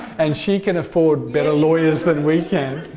and she can afford better lawyers than we can.